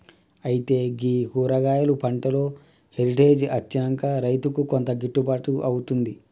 అయితే గీ కూరగాయలు పంటలో హెరిటేజ్ అచ్చినంక రైతుకు కొంత గిట్టుబాటు అవుతుంది